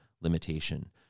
limitation